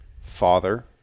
father